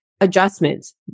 adjustments